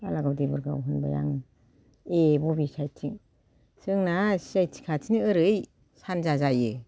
बालागाव देबोरगाव होनबाय आङो ए बबे साइद थिं जोंना सि आइ टि खाथिनि ओरै सानजा जायो